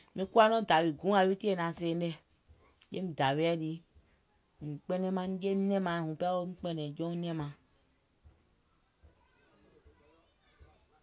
Mìŋ kuwa nɔŋ dàwì guùŋ yàwi tìyèe naŋ seenè, jeim dàwiɛ̀ lii, mìŋ kpɛnɛŋ maŋ jeim nɛ̀ŋ maŋ wuŋ pɛɛ wo kpɛ̀nɛ̀ŋ maŋ jouŋ nɛ̀ŋ maŋ.